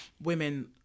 women